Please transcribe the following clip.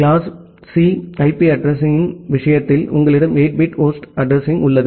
class C IP அட்ரஸிங்யின் விஷயத்தில் உங்களிடம் 8 பிட் ஹோஸ்ட் அட்ரஸிங்உள்ளது